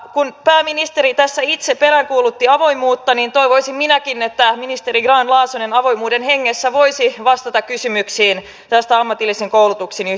kun pääministeri tässä itse peräänkuulutti avoimuutta niin toivoisin minäkin että ministeri grahn laasonen avoimuuden hengessä voisi vastata kysymyksiin tästä ammatillisen koulutuksen yhtiöittämisestä